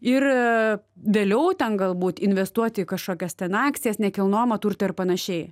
ir vėliau ten galbūt investuoti į kažkokias ten akcijas nekilnojamą turtą ir panašiai